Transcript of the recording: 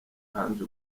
ange